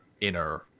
inner